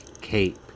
cape